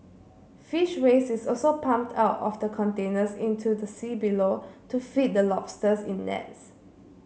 fish waste is also pumped out of the containers into the sea below to feed the lobsters in nets